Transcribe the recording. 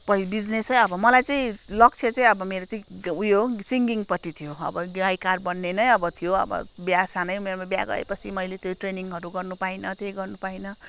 बिजिनेसै अब मलाई चाहिँ लक्ष्य चाहिँ अब मेरो उयो सिङ्गिङपट्टि थियो अब गायककार बन्ने नै थियो अब बिहे सानै उमेरमा बिहे गरेपछि मैले त्यो ट्रेनिङहरू गर्नु पाइनँ त्यही गर्नु पाइन